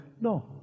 No